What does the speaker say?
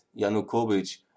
Yanukovych